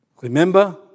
Remember